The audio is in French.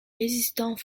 résistants